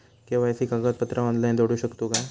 KYC कागदपत्रा online जोडू शकतू का?